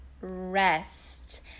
rest